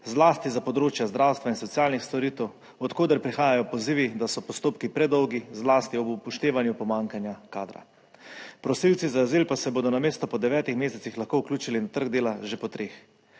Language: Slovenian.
zlasti za področja zdravstva in socialnih storitev, od koder prihajajo pozivi, da so postopki predolgi, zlasti ob upoštevanju pomanjkanja kadra. Prosilci za azil pa se bodo namesto po 9 mesecih lahko vključili na trg dela že po 3.